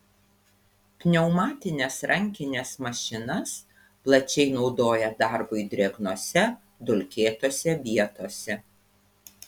pneumatines rankines mašinas plačiai naudoja darbui drėgnose dulkėtose vietose